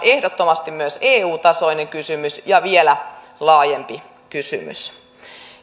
ehdottomasti myös eu tasoinen kysymys ja vielä laajempi kysymys